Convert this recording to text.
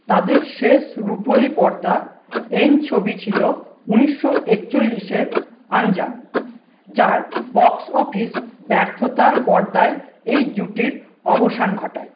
তাঁদের শেষ রুপোলি পর্দা এন ছবি ছিল ঊনিশো একচল্লিশের আনজান যার বক্স অফিস ব্যর্থতা পর্দায় এই জুটির অবসান ঘটায়